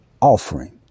offering